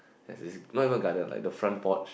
has this not even garden you know the front porch